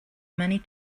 many